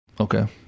Okay